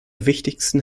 wichtigsten